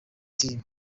team